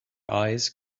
eyes